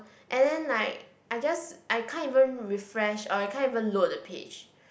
and then like I just I can't even refresh or I can't even load the page